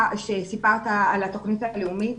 שסיפרת על התוכנית הלאומית.